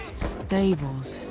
stables,